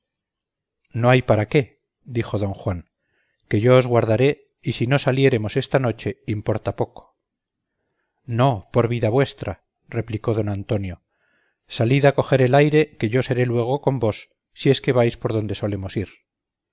no hay paraque dijo don juan que yo os aguardaré y si no saliéremos esta noche importa poco no por vida vuestra replicó don antonio salid á coger el aire que yo seré luego con vos si es que vais por donde solemos ir